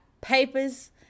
papers